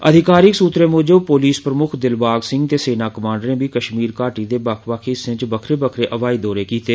अधिकारिक सूत्रें मूजब पुलस प्रमुक्ख दिलबाग सिंह ते सेना कमांडरें बी कश्मीर घाटी दे बक्ख बक्ख हिस्सें च बक्खरे बक्खरे हवाई दौरे कीते